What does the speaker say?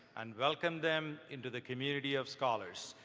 and welcome them into the community of scholars.